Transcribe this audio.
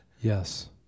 Yes